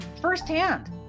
firsthand